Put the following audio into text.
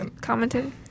commented